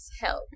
help